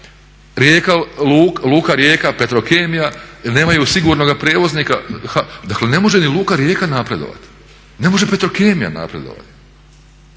Luka Rijeka petrokemija nemaju sigurnoga prijevoznika. Dakle, ne može ni Luka Rijeka napredovati, ne može Petrokemija napredovati.